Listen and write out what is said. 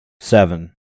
seven